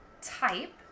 type